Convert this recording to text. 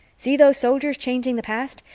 see those soldiers changing the past?